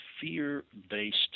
fear-based